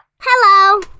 Hello